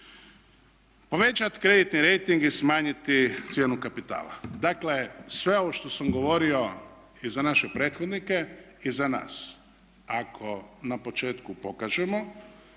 Povećati kreditni rejting i smanjiti cijenu kapitala, dakle sve ovo što sam govorio i za naše prethodnike, i za nas ako na početku pokažemo